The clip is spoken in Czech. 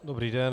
Dobrý den.